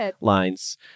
lines